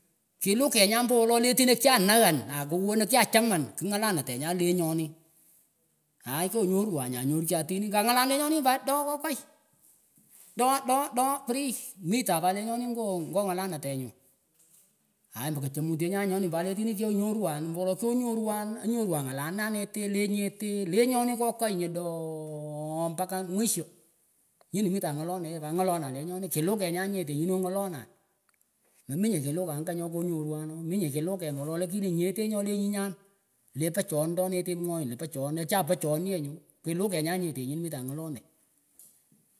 Kiluhkuenyan ombo wolo lehtinah kyanaagh akowanah kyachaman kihngulahtanenyan lenyonih aai kyonyorwan nyah anyorchan atinih kangalal lenyonih pat doh kohkai doh doh doh free mihtan pat nyoh ngoh ngalahnatenyun aai mekahchemutyenyah nyonih pat letinih kyohnyorwan mbolo wolo kyonyorwan anyorwan ngalahna neteh lenyeteh lenyonich kokoi lah doooh mpaka mwishah nyinih mitahngahloneyeh pat ngahlonah lenyonih kilughenyah nyeteh nyinih ongoh fononah meminyeh kilughah angah nyoh konyorwahhooh minyeh kilughen wolo lakini nyeteh nyoleh nyinyan leh pachondeh mwoenyih lah pochon achah ochon yenyuh kilughenyan nyeteh nyinih mihtah ngololay.